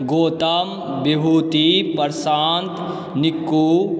Gautam Vibhuti Prashant Niku